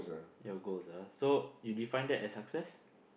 your goals ah so you define that as success